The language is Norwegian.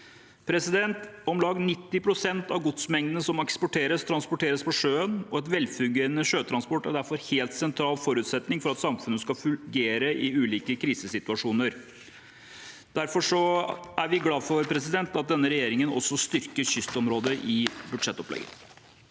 aktivitet. Om lag 90 pst. av godsmengden som eksporteres, transporteres på sjøen, og velfungerende sjøtransport er derfor en helt sentral forutsetning for at samfunnet skal fungere i ulike krisesituasjoner. Derfor er vi glad for at denne regjeringen også styrker kystområdet i budsjettopplegget.